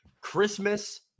christmas